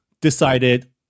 decided